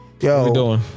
Yo